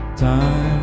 time